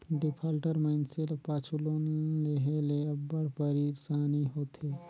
defaulter मइनसे ल पाछू लोन लेहे ले अब्बड़ पइरसानी होथे